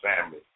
family